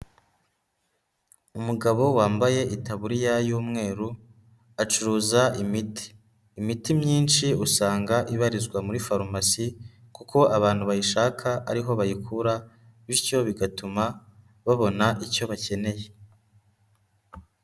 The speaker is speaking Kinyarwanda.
Umugabo wambaye itaburiya y'umweru acuruza imiti, imiti myinshi usanga ibarizwa muri farumasi kuko abantu bayishaka ari ho bayikura bityo bigatuma babona icyo bakeneye.